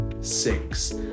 six